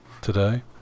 today